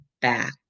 back